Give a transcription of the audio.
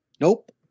Nope